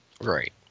Right